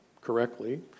correctly